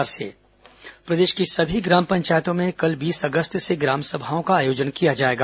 ग्राम सभा प्रदेश की सभी ग्राम पंचायतों में कल बीस अगस्त से ग्राम सभाओं का आयोजन किया जाएगा